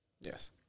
Yes